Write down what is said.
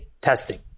testing